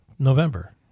November